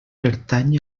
pertany